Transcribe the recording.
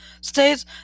states